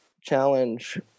challenge